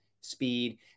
speed